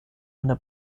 eine